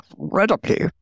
incredibly